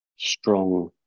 strong